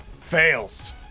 fails